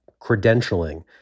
credentialing